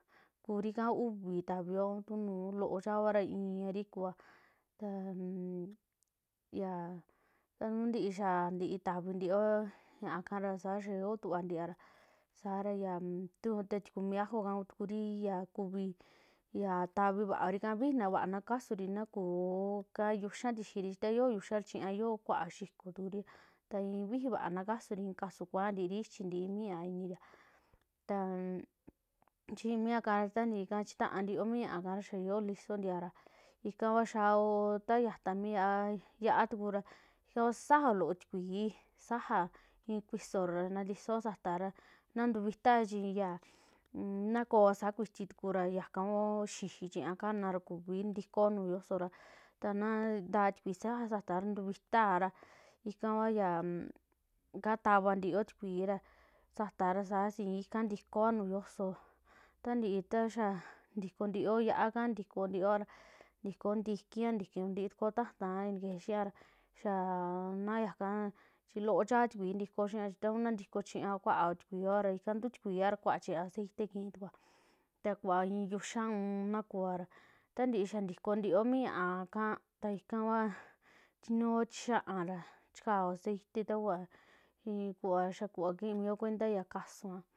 Kuri kaa uvii tavio a tu nuu loo chaa vara irii kua taan yaa, ta nuu ntii xaa ntii tavi ntioo ñaakara sa xaa yoo tuvaa tiara, saara yan ta tikumi ajoka tukuri ya kuvii ya tavii vaaorika ya viji va na kasuri, na kuoo ka yuxa'a tixiri chi ta yoo yuxa'a chiña xioo xiko tukuri, ta i'i vijivaa na kasuri, kasu kuaa ntiiri ya ntii mi ñaa iniria taan ximiaka tantii chitaa ntiio mi ñaa ka xaa yoo listo ntiara, ika kua xaao koo ta xata mi, ya'a tukura ika ku susaajao loo tikui, saja ii kuisora ntatisoo sataa ra naa ntuvita chi ya una koa saakuiti tukura ñaka kua xiji chiña kanara kuvi ntikoa nuju yo'oso, ta na ntaa tikuii saaja satara ntuvitaa ra ikava ya untava ntio tikui ra satara saa sii ika ntikoa nuju yo'oso, ntantii ta xa ntiko ntioo ya'a ka, ntiko ntioara ntiko ntikia, ntiko ntii tuko ta'ta keje xia raa na yaka chi loo chaa tikui ntiko xia, chi ta kuu naa ntiko chiña kuaao tikuia ra ika ntuu tikuia ra kuaa chiña aceite kii tukus, ta kuvaa ii vixa'a un ta kuara ta ntii xaa ntikontioo mi ñaaka ta. ika vaa chinuo tixiaa raa chikao cete ta kuaa, i'i kuva xaa kimio cuenta ya kasua.